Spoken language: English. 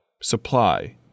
supply